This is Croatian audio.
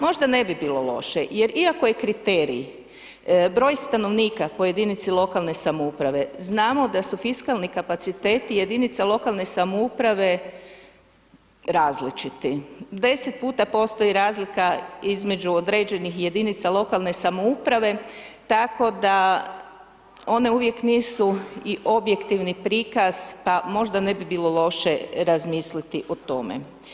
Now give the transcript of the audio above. Možda ne bi bilo loše, jer iako je kriterij broj stanovnika po jedinici lokalne samouprave znamo da su fiskalni kapaciteti jedinica lokalne samouprave različiti, 10 puta postoji razlika između određenih jedinica lokalne samouprave, tako da one uvijek nisu i objektivni prikaz pa možda ne bi bilo loše razmisliti o tome.